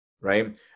Right